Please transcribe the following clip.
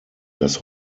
das